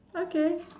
okay